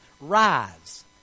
Rise